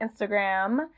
Instagram